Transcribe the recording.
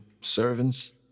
servants